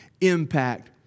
impact